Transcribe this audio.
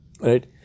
Right